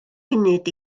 munud